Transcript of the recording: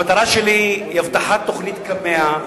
המטרה שלי היא הבטחת תוכנית קמ"ע,